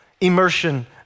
immersion